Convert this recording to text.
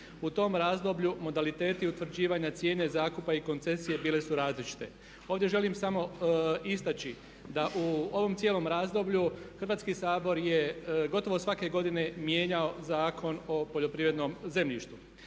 U tom razdoblju modaliteti utvrđivanja cijene zakupa i koncesije bili su različiti. Ovdje želim samo istaknuti da u ovom cijelom razdoblju Hrvatski sabor je gotovo svake godine mijenjao Zakon o poljoprivrednom zemljištu.